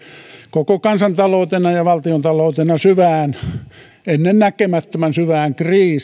koko kansantaloutena ja valtiontaloutena ennennäkemättömän syvään